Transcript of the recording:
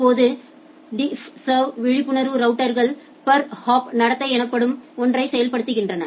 இப்போது டிஃப்ஸர்வ் விழிப்புணர்வு ரவுட்டர்கள் பெர்ஹாப் நடத்தை எனப்படும் ஒன்றை செயல்படுத்துகின்றன